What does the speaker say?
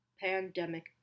Pandemic